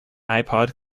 ipod